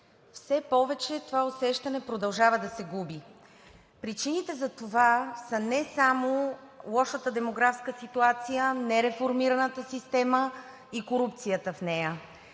Все повече това усещане продължава да се губи. Причините за това са не само лошата демографска ситуация, нереформираната система и корупцията в нея.